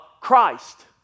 Christ